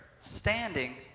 standing